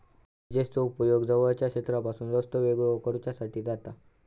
हेजेसचो उपेग जवळच्या क्षेत्रापासून रस्तो वेगळो करुच्यासाठी जाता